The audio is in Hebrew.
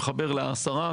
מחבר לעשרה,